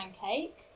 pancake